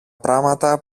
πράματα